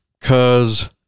Cause